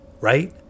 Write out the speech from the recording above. right